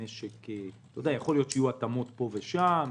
יכול להיות שיהיו התאמות פה ושם.